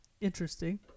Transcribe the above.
interesting